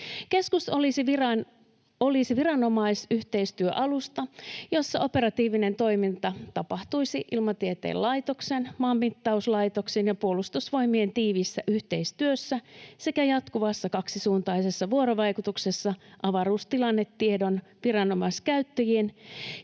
Keskus olisi viranomaisyhteistyöalusta, jossa operatiivinen toiminta tapahtuisi Ilmatieteen laitoksen, Maanmittauslaitoksen ja Puolustusvoimien tiiviissä yhteistyössä sekä jatkuvassa kaksisuuntaisessa vuorovaikutuksessa avaruustilannetiedon, viranomaiskäyttäjien